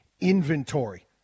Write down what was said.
inventory